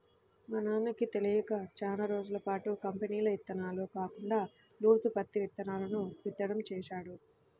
మా నాన్నకి తెలియక చానా రోజులపాటు కంపెనీల ఇత్తనాలు కాకుండా లూజు పత్తి ఇత్తనాలను విత్తడం చేశాడు